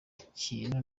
kintu